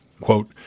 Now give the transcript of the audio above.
Quote